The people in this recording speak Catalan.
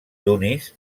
tunis